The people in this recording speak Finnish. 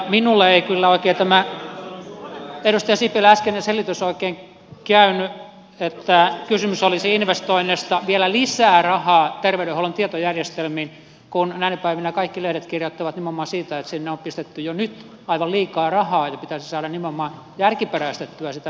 minulle ei kyllä oikein tämä edustaja sipilän äskeinen selitys käynyt että kysymys olisi investoinneista vielä lisää rahaa terveydenhuollon tietojärjestelmiin kun näinä päivinä kaikki lehdet kirjoittavat nimenomaan siitä että sinne on pistetty jo nyt aivan liikaa rahaa ja pitäisi saada nimenomaan järkiperäistettyä sitä vähemmällä rahalla